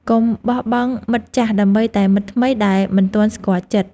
កុំបោះបង់មិត្តចាស់ដើម្បីតែមិត្តថ្មីដែលមិនទាន់ស្គាល់ចិត្ត។